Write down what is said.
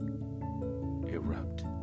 erupt